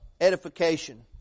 edification